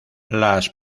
las